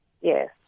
yes